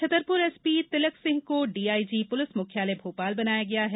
Chhatarpur SP Tilak Singh को DIG पुलिस मुख्यालय भोपाल बनाया गया है